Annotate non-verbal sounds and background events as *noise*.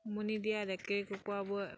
উমনি দিয়া *unintelligible* কুকুৰাবোৰে